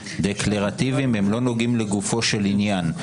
הם לא נוגעים לגופו של עניין.